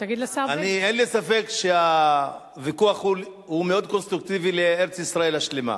אין לי ספק שהוויכוח הוא מאוד קונסטרוקטיבי לארץ-ישראל השלמה,